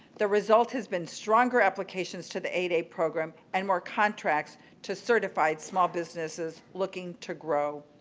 the result has been stronger applications to the eight a program and more contracts to certified small businesses looking to grow.